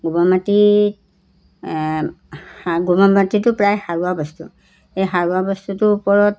গোবৰ মাটিত গোবৰ মাটিটো প্ৰায় সাৰুৱা বস্তু এই সাৰুৱা বস্তুটোৰ ওপৰত